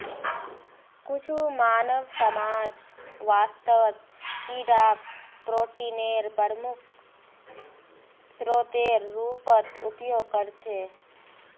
कुछु मानव समाज वास्तवत कीडाक प्रोटीनेर प्रमुख स्रोतेर रूपत उपयोग करछे